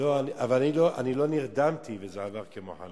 אבל לא נרדמתי וזה עבר כמו חלום.